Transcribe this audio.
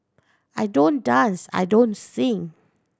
I don't dance I don't sing